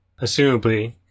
assumably